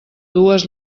dues